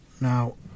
now